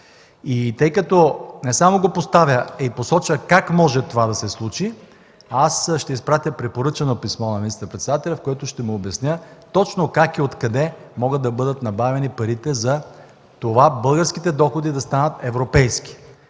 Тъй като не само го поставя, но и посочва как може това да се случи, аз ще изпратя препоръчано писмо на министър-председателя, в което ще му обясня точно как и откъде могат да бъдат набавени парите за това българските доходи да станат европейски,